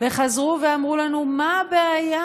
וחזרו ואמרו לנו: מה הבעיה?